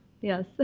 Yes